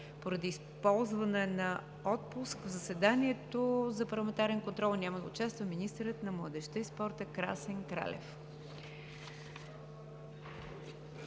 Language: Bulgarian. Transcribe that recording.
Поради ползване на отпуск, в заседанието за парламентарен контрол няма да участва министърът на младежта и спорта Красен Кралев.